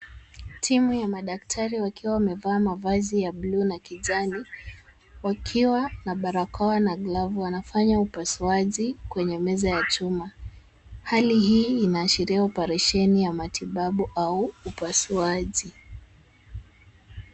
Timu ya madaktari wakiwa wamevaa mavazi ya bluu na kijani, wakiwa na barakoa na glavu, wanafanya upasuaji kwenye meza ya chuma. Hali hii inaashiria operesheni ya matibabu au upasuaji.